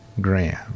Graham